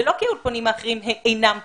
זה לא כי האולפנים האחרים אינם טובים,